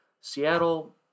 Seattle